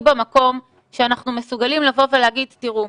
במקום שאנחנו מסוגלים לבוא ולהגיד תראו,